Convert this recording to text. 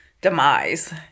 demise